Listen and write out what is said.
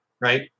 Right